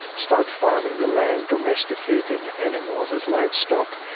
start farming the land, domesticating animals as livestock,